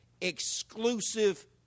exclusive